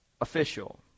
Official